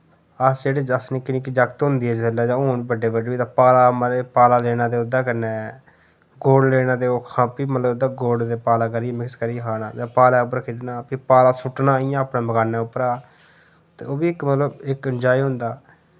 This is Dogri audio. अस जेह्ड़े अस निक्के निक्के जाकत होंदे जिसलै ते हुन बड्डे बड्डे होई दे पाला माराज पाला लैना ते उदे कन्नै गुड़ लैना ते ओह् खा फ्ही मतलब इदा गुड़ ते पाला करियै मिक्स करियै खाना ते पाले उप्पर खेडना फ्ही पाला सुट्ट्ना इयां अपने मकाने उप्परा ते ओह्बी इक मतलब इक एन्जाय होंदा